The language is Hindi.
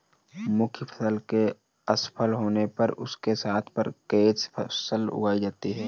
मुख्य फसल के असफल होने पर उसके स्थान पर कैच फसल उगाई जाती है